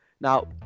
Now